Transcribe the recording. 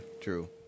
true